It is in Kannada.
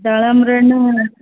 ದಾಳಂಬೆ ಹಣ್ಣೂ ಮೇಡಮ್